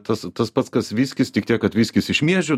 tas tas pats kas viskis tik tiek kad viskis iš miežių